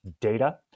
data